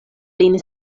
lin